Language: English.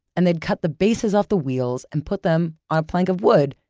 and they'd cut the bases off the wheels and put them on a plank of wood,